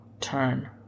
turn